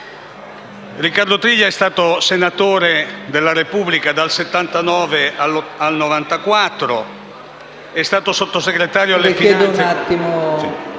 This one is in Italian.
Riccardo Triglia è stato senatore della Repubblica dal 1979 al 1994...